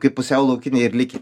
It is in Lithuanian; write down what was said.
kaip pusiau laukiniai ir likę